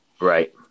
Right